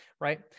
right